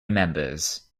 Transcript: members